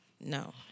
No